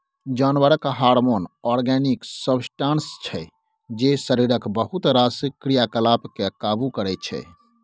जानबरक hormone organic substance छै जे शरीरक बहुत रास क्रियाकलाप केँ काबु करय छै